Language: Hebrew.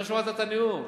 לא שמעת את הנאום.